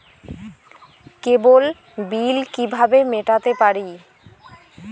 কেবল bill কিভাবে মেটাতে পারি?